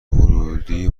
ورودی